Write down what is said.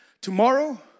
tomorrow